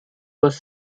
was